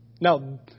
Now